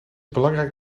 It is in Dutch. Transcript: belangrijk